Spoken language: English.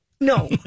No